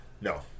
No